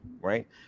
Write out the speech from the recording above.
Right